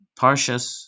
Parshas